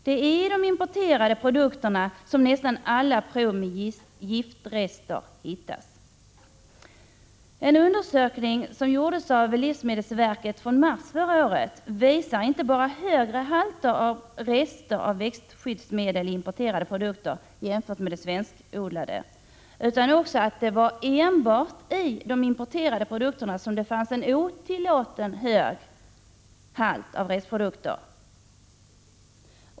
Det är i de importerade produkterna som nästan alla prov med giftrester hittas. En undersökning som gjordes av livsmedelsverket i mars förra året visar inte bara att man fann högre halter av rester av växtskyddsmedel i importerade produkter jämfört med de svenskodlade utan också att man enbart i de importerade produkterna fann en otillåtet hög halt av restprodukter.